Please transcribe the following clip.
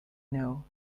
know